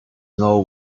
know